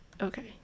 Okay